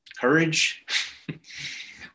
courage